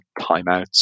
timeouts